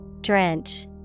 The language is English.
Drench